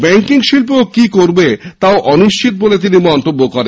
banking শিল্প কি করবে তাও অনিশ্চিত বলে তিনি মন্তব্য করেন